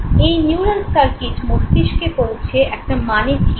এই neural circuit মস্তিষ্কে পৌঁছে একটা মানে ঠিক হয়